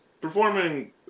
performing